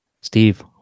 Steve